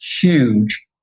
huge